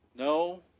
No